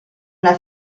una